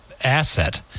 asset